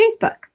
Facebook